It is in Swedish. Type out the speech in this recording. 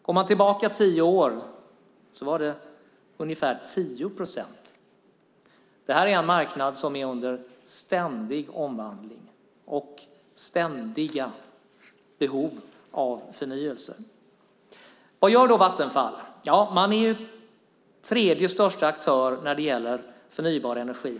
Går man tillbaka tio år var det ungefär 10 procent. Detta är en marknad som är under ständig omvandling och som har ständiga behov av förnyelse. Vad gör då Vattenfall? Man är tredje största aktör när det gäller förnybar energi.